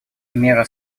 меры